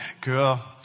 girl